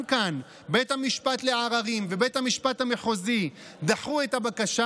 גם כאן בית המשפט לעררים ובית המשפט המחוזי דחו את הבקשה,